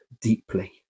deeply